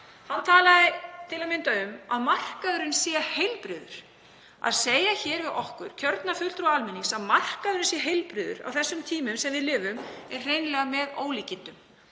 Hann talaði um að markaðurinn væri heilbrigður. Að segja hér við okkur, kjörna fulltrúa almennings, að markaðurinn sé heilbrigður á þessum tímum sem við lifum er hreinlega með ólíkindum.